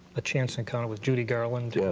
a chance encounter with judy garland? yeah